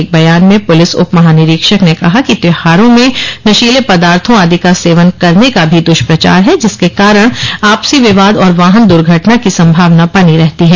एक बयान में पुलिस उपमहानिरीक्षक ने कहा कि त्यौहारों में नशीले पदार्थो आदि का सेवन करने का भी दृष्प्रचार है जिसके कारण आपसी विवाद और वाहन दुर्घटना की सम्भावना बनी रहती है